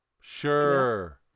Sure